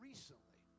Recently